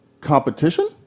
competition